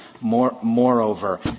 Moreover